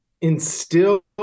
instill